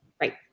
Right